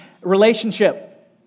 Relationship